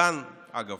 כאן, אגב,